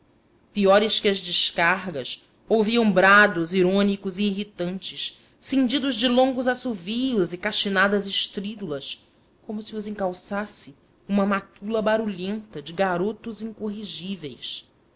piores que as descargas ouviam brados irônicos e irritantes cindidos de longos assovios e cachinadas estrídulas como se os encalçasse uma matula barulhenta de garotos incorrigíveis